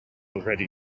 already